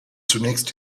zunächst